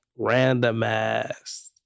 randomized